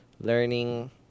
learning